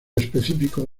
específico